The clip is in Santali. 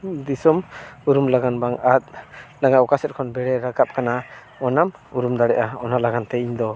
ᱫᱤᱥᱚᱢ ᱩᱨᱩᱢ ᱞᱟᱜᱟᱱ ᱵᱟᱝ ᱟᱫ ᱞᱟᱜᱟᱼᱟ ᱚᱠᱟ ᱥᱮᱫ ᱠᱷᱚᱱ ᱵᱮᱲᱟᱭ ᱨᱟᱠᱟᱵ ᱠᱟᱱᱟ ᱚᱱᱟᱢ ᱩᱨᱩᱢ ᱫᱟᱲᱮᱭᱟᱜᱼᱟ ᱚᱱᱟ ᱞᱟᱜᱟᱱᱛᱮ ᱤᱧ ᱫᱚ